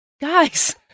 guys